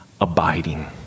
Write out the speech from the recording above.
abiding